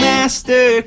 Master